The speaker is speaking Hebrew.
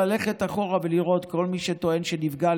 ללכת אחורה ולראות את כל מי שטוען שנפגע,